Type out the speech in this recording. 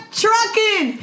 trucking